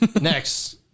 next